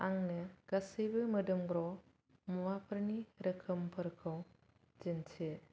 आंनो गासैबो मोदोमग्रा मुवाफोरनि रोखोमफोरखौ दिन्थि